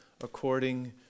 according